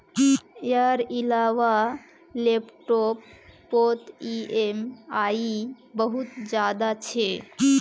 यार इलाबा लैपटॉप पोत ई ऍम आई बहुत ज्यादा छे